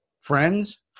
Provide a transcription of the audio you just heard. Friends